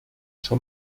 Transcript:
schau